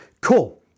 Cool